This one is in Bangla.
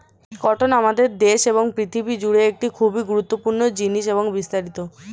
কটন আমাদের দেশে এবং পৃথিবী জুড়ে একটি খুবই গুরুত্বপূর্ণ জিনিস এবং বিস্তারিত